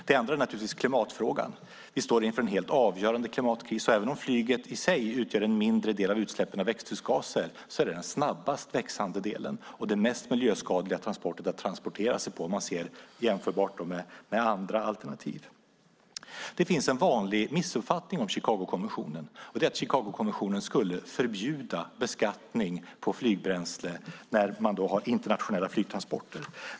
Det andra är klimatfrågan. Vi står inför en helt avgörande klimatkris. Även om flyget i sig utgör en mindre del av utsläppen av växthusgaser är det den snabbast växande delen och det mest miljöskadliga transportsättet att transportera sig på jämfört med andra alternativ. Det finns en vanlig missuppfattning om Chicagokonventionen, och det är att Chicagokonventionen skulle förbjuda beskattning av flygbränsle vid internationella flygtransporter.